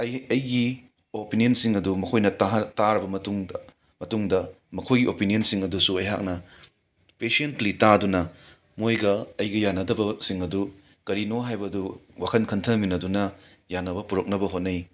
ꯑꯩ ꯑꯩꯒꯤ ꯑꯣꯄꯤꯅꯤꯌꯟꯁꯤꯡ ꯑꯗꯨ ꯃꯈꯣꯏꯅ ꯇꯥꯍꯜꯂꯕ ꯇꯥꯔꯕ ꯃꯇꯨꯡꯗ ꯃꯈꯣꯏꯒꯤ ꯑꯣꯄꯤꯅꯤꯌꯟꯁꯤꯡ ꯑꯗꯨꯁꯨ ꯑꯩꯍꯥꯛꯅ ꯄꯦꯁꯦꯟ꯭ꯠꯂꯤ ꯇꯥꯗꯨꯅ ꯃꯈꯣꯏꯒ ꯑꯩꯒ ꯌꯥꯟꯅꯗꯕꯁꯤꯡ ꯑꯗꯨ ꯀꯔꯤꯅꯣ ꯍꯥꯏꯕ ꯑꯗꯨ ꯋꯥꯈꯜ ꯈꯟꯊꯃꯤꯟꯅꯗꯨꯅ ꯌꯥꯟꯅꯕ ꯄꯨꯔꯛꯅꯕ ꯍꯣꯠꯅꯩ